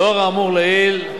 לאור האמור לעיל,